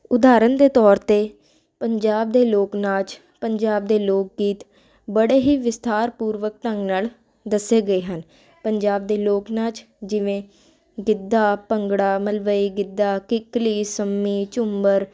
ਉਦਾਹਰਣ ਦੇ ਤੋਰ 'ਤੇ ਪੰਜਾਬ ਦੇ ਲੋਕ ਨਾਚ ਪੰਜਾਬ ਦੇ ਲੋਕ ਗੀਤ ਬੜੇ ਹੀ ਵਿਸਥਾਰਪੂਰਵਕ ਢੰਗ ਨਾਲ ਦੱਸੇ ਗਏ ਹਨ ਪੰਜਾਬ ਦੇ ਲੋਕ ਨਾਚ ਜਿਵੇਂ ਗਿੱਧਾ ਭੰਗੜਾ ਮਲਵਈ ਗਿੱਧਾ ਕਿੱਕਲੀ ਸੰਮੀ ਝੂਮਰ